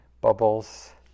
bubbles